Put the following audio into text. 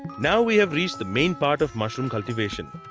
now we have reached the main part of mushroom cultivation.